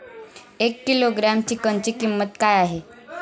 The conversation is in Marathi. एक किलोग्रॅम चिकनची किंमत काय आहे?